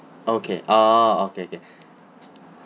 okay orh okay okay